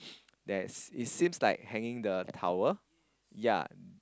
there's it seems like hanging the towel ya